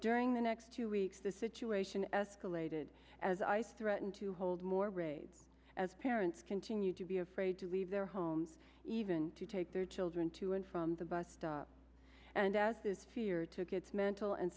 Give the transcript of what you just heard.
during the next two weeks the situation escalated as i threaten to hold more raids as parents continue to be afraid to leave their homes even to take their children to and from the bus stop and as this fear took its mental and